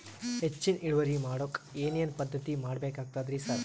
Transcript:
ಹೆಚ್ಚಿನ್ ಇಳುವರಿ ಮಾಡೋಕ್ ಏನ್ ಏನ್ ಪದ್ಧತಿ ಮಾಡಬೇಕಾಗ್ತದ್ರಿ ಸರ್?